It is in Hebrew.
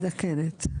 מזדקנת.